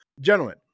Gentlemen